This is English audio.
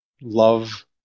Love